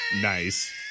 Nice